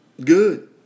Good